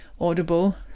audible